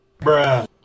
Bruh